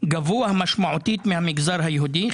גבוה משמעותית מהמגזר היהודי,